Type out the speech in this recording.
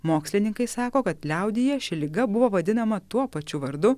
mokslininkai sako kad liaudyje ši liga buvo vadinama tuo pačiu vardu